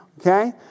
Okay